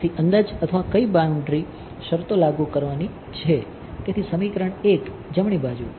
તેથી અંદાજ અથવા કઈ બાઉન્ડ્રી શરતો લાગુ કરવાની જરૂર છે તેથી સમીકરણ 1 જમણી બાજુ